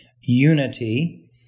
unity